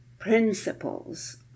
Principles